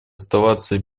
оставаться